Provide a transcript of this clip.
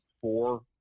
four